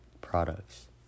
products